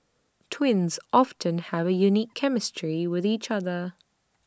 twins often have A unique chemistry with each other